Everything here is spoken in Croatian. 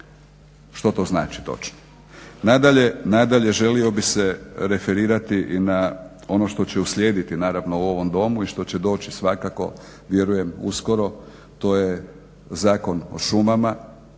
što to znači točno. Nadalje, želio bi se referirati i na ono što će uslijediti naravno u ovom domu i što će doći svakako vjerujem uskoro to je Zakon o šumama,